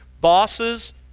bosses